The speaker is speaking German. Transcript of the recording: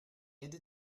erde